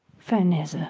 ferneze,